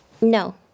No